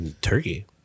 Turkey